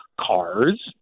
cars